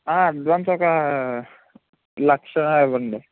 advance ఒక లక్ష ఇవ్వండి